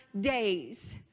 days